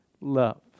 love